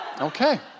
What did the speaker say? okay